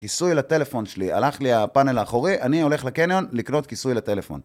כיסוי לטלפון שלי. הלך לי הפאנל האחורי, אני הולך לקניון, לקנות כיסוי לטלפון.